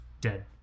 dead